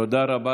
תודה רבה.